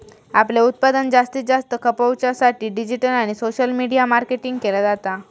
आपला उत्पादन जास्तीत जास्त खपवच्या साठी डिजिटल आणि सोशल मीडिया मार्केटिंग केला जाता